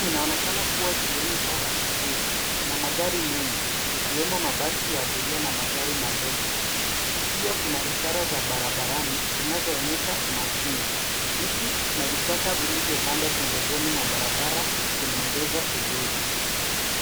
Inaonekana kuwa jioni au asubuhi. Kuna magari mengi ikiwemo mabasi ya abiria na magari madogo. Pia kuna ishara za barabarani zinazoonyesha umakini. Miti na vichaka vilivyopandwa pembezoni mwa barabara vinaongeza uzuri.